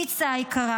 דיצה היקרה,